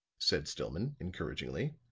said stillman, encouragingly.